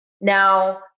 Now